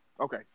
Okay